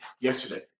yesterday